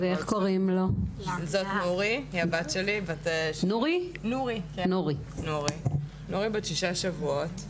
זאת נורי, הבת שלי, היא בת שישה שבועות.